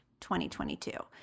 2022